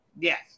Yes